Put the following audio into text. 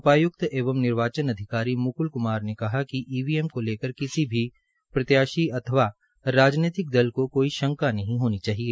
उपाय्क्त एवं निर्वाचन अधिकारी म्क्ल क्मार ने कहा कि ईवीएम को लेकर किसी भी प्रत्याशी अथवा राजनीतिक दल को कोई शंका नहीं होनी चाहिए